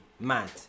mad